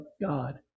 God